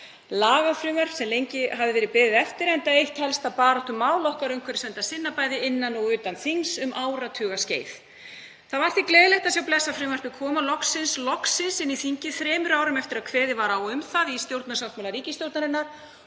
lagafrumvarpi sem lengi hafði verið beðið eftir, enda eitt helsta baráttumál okkar umhverfisverndarsinna, bæði innan og utan þings, um áratugaskeið. Það var því gleðilegt að sjá blessað frumvarpið koma loksins inn í þingið þremur árum eftir að kveðið var á um það í stjórnarsáttmála ríkisstjórnarinnar